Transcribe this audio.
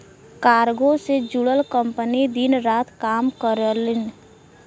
cargo से जुड़ल company दिन रात काम करलीन